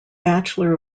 bachelor